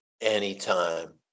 anytime